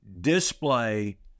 display